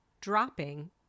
dropping